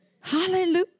Hallelujah